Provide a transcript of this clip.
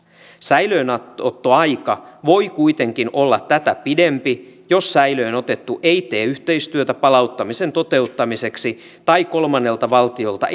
säilöönottoaika voi kuitenkin olla tätä pidempi jos säilöön otettu ei tee yhteistyötä palauttamisen toteuttamiseksi tai kolmannelta valtiolta